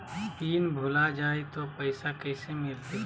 Pin भूला जाई तो पैसा कैसे मिलते?